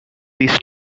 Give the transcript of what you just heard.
this